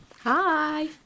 Hi